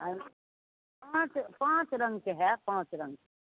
पाँच पाँच रङ्गके है पाँच रङ्ग